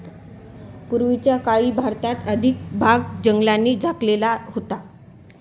पूर्वीच्या काळी भारताचा अधिक भाग जंगलांनी झाकलेला होता